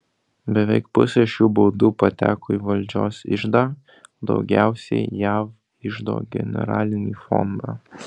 beveik pusė šių baudų pateko į valdžios iždą daugiausiai jav iždo generalinį fondą